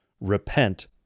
repent